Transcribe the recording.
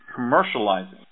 commercializing